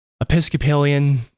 Episcopalian